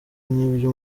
nk’ibyo